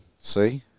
See